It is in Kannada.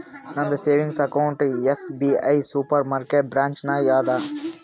ನಂದ savings account SBI super market branch ನಾಗ್ ಅದಾ